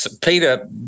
Peter